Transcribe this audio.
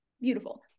beautiful